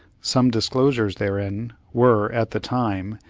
some disclosures therein were, at the time,